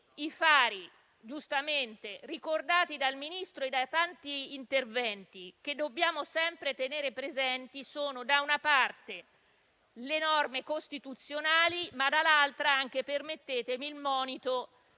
i fari richiamati dal Ministro e dai tanti interventi, che dobbiamo sempre tenere presenti, sono, da una parte, le norme costituzionali, ma, dall'altra - permettetemi - il monito